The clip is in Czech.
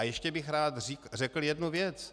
Ještě bych rád řekl jednu věc.